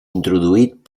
introduït